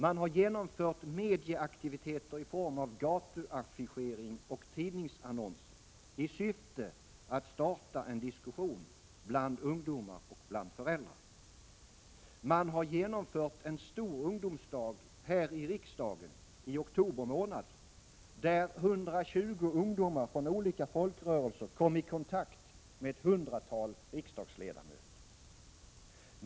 Man har genomfört medieaktiviteter i form av gatuaffischering och tidningsannonser i syfte att starta en diskussion bland ungdomar och föräldrar. Man har genomfört en stor ungdomsdag i oktober månad här i riksdagen, där 120 ungdomar från olika folkrörelser kom i kontakt med ett hundratal riksdagsledamöter.